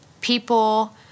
people